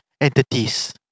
entities